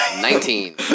Nineteen